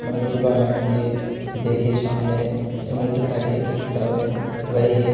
মানে দুটো আয়না দিয়ে দেখে সামনে এমনিতেও তাকিয়ে থাকতে হবে এবারে হেল